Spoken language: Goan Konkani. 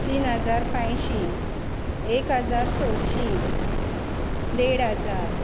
तीन हजार पांचशीं एक हजार सयशीं देड हजार